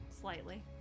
Slightly